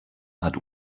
hat